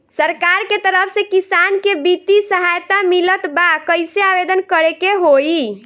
सरकार के तरफ से किसान के बितिय सहायता मिलत बा कइसे आवेदन करे के होई?